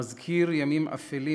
המזכיר ימים אפלים,